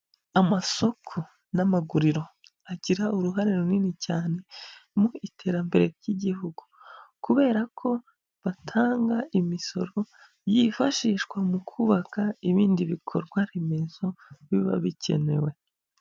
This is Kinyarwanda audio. Amasoko n'amaguriro agira uruhare runini cyane mu iterambere ry'igihugu, kubera ko batanga imisoro yifashishwa mu kubaka ibindi bikorwa remezo biba bikenewe.